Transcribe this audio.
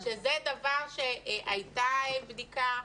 שזה דבר שהייתה בדיקה,